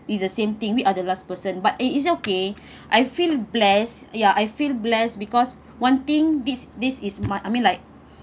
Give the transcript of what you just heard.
it's the same thing we are the last person but it is okay I feel blessed ya I feel blessed because one thing beats this is my I mean like